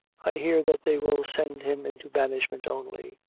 i hear that they will send him into banishment, only,